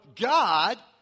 God